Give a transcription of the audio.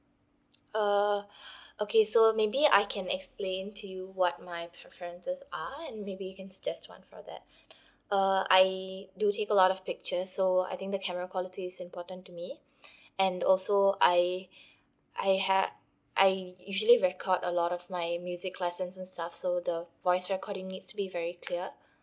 err okay so maybe I can explain to you what my preferences are and maybe you can suggest one for that uh I do take a lot of pictures so I think the camera quality is important to me and also I I ha~ I usually record a lot of my music lessons and stuff so the voice recording needs to be very clear